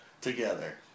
together